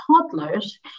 toddlers